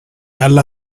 alla